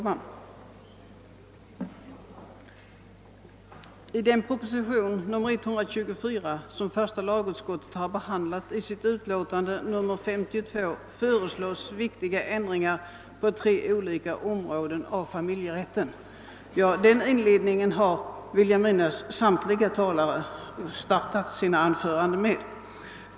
Herr talman! »I propositionen 124, som första lagutskottet behandlar i sitt utlåtande nr 52, föreslås viktiga förändringar på tre olika områden av familjerätten.« Den inledningen tror jag nästan samtliga talare startat sina anföranden med.